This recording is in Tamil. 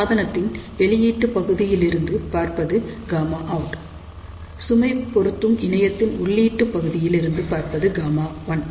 சாதனத்தின் வெளியீட்டு பகுதியிலிருந்து பார்ப்பது Γout சுமை பொருத்தும் இணையத்தின் உள்ளீட்டு பகுதியிலிருந்து பார்ப்பது Γl